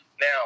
Now